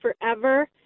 forever